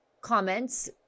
comments